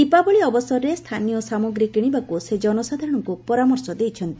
ଦୀପାବଳି ଅବସରରେ ସ୍ଥାନୀୟ ସାମଗ୍ରୀ କିଶିବାକୁ ସେ ଜନସାଧାରଣଙ୍କୁ ପରାମର୍ଶ ଦେଇଛନ୍ତି